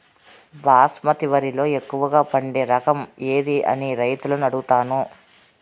బాస్మతి వరిలో ఎక్కువగా పండే రకం ఏది అని రైతులను అడుగుతాను?